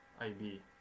ib